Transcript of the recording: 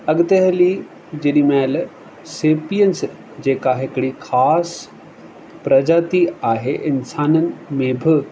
अॻिते हली जेॾी महिल सेपियन्स जेका हिकिड़ी ख़ासि प्रजाति आहे इंसानन में भ